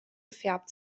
gefärbt